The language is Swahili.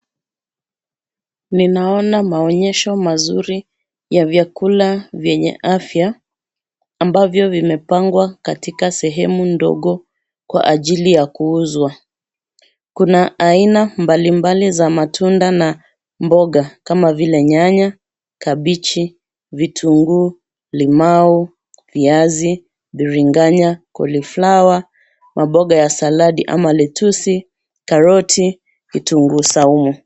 Ninaona maonyesho mazuri ya vyakula vyenye afya ambavyo vimepangwa katika sehemu ndogo kwa ajili ya kuuzwa. Kuna aina mbalimbali za matunda na mboga kama vile nyanya, kabichi, vitunguu, limau, viazi, biriganya, koliflawa, maboga ya saladi ama lettuce , karoti, kitunguu saumu.